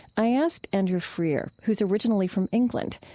i asked andrew freear, who was originally from england,